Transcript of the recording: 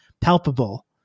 palpable